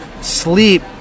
Sleep